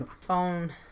Phone